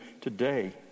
today